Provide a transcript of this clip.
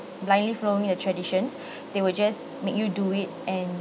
blindly following a traditions they will just make you do it and